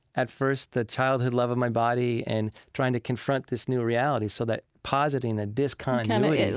at first, the childhood love of my body and trying to confront this new reality so that positing a discontinuity,